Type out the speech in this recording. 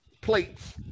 plates